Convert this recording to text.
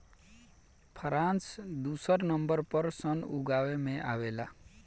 France दुसर number पर सन उगावे में आवेला